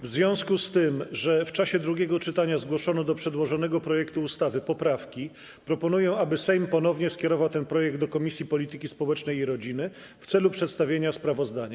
W związku z tym, że w czasie drugiego czytania zgłoszono do przedłożonego projektu ustawy poprawki, proponuję, aby Sejm ponownie skierował ten projekt do Komisji Polityki Społecznej i Rodziny w celu przedstawienia sprawozdania.